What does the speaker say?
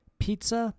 pizza